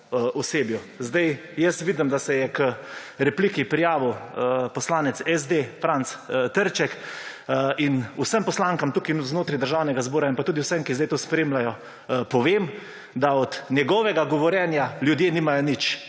osebju. Zdaj, jaz vidim, da se je k repliki prijavil poslanec SD, Franc Trček in vsem poslankam tukaj, znotraj Državnega zbora in pa tudi vsem, ki zdaj to spremljajo, povem, da od njegovega govorjenja ljudje nimajo nič,